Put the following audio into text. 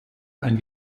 ein